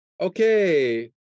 Okay